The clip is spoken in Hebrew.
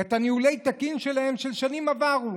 את "הניהול התקין" שלהם משנים עברו.